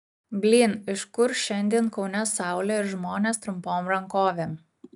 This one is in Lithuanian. blyn iš kur šiandien kaune saulė ir žmonės trumpom rankovėm